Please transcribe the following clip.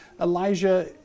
Elijah